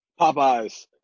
Popeyes